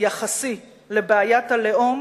יחסי לבעיית הלאום,